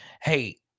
Hey